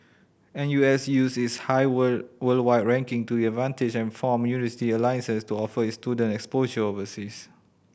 N U S used its high worldwide ranking to advantage and formed university alliances to offer its student exposure overseas